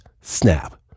snap